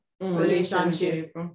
relationship